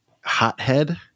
hothead